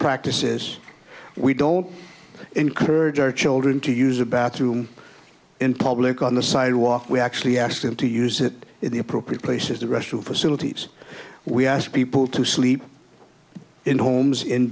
practices we don't encourage our children to use a bathroom in public on the sidewalk we actually ask them to use it in the appropriate places the restroom facilities we ask people to sleep in homes in